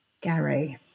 Gary